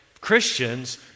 Christians